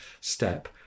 step